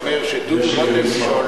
אתה אומר שדודו רותם שולח.